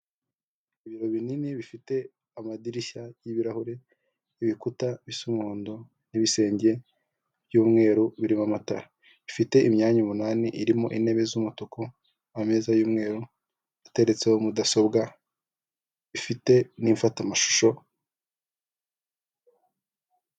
Umuhanda ukoze neza hagati harimo umurongo w'umweru wihese, umuntu uri ku kinyabiziga cy'ikinyamitende n'undi uhagaze mu kayira k'abanyamaguru mu mpande zawo hari amazu ahakikije n'ibyuma birebire biriho insinga z'amashanyarazi nyinshi.